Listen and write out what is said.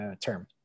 term